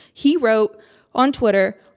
he wrote on twitter,